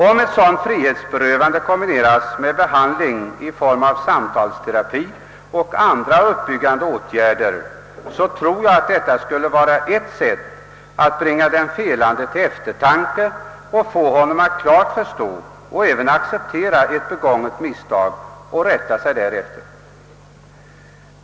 Om ett sådant frihetsberövande kombineras med behandling i form av samtalsterapi och andra uppbyggande åtgärder, skulle det kunna bringa den felande till eftertanke och få honom att inse och även acceptera ett begånget misstag och rätta sig därefter.